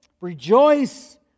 rejoice